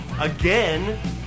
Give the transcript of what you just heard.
again